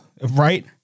Right